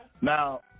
Now